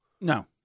No